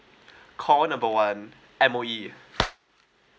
call number one M_O_E